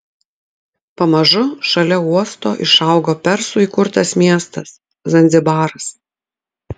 pamažu šalia uosto išaugo persų įkurtas miestas zanzibaras